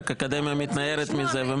רק האקדמיה מתנערת מזה.